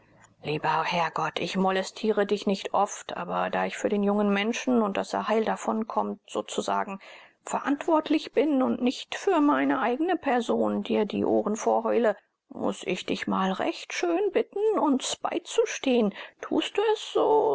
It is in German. lieber herrgott ich molestiere dich nicht oft aber da ich für den jungen menschen und daß er heil davonkommt sozusagen verantwortlich bin und nicht für meine eigne person dir die ohren vollheule muß ich dich mal recht schön bitten uns beizustehen tust du es so